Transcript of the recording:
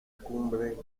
cumbre